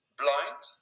blind